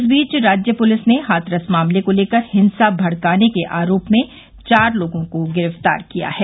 इस बीच राज्य पुलिस ने हाथरस मामले को लेकर हिंसा भड़काने के आरोप में चार लोगों को गिरफ्तार किया है